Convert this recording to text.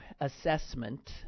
assessment